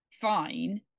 fine